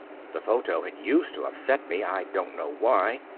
the photo had used to upset me, i don't know why.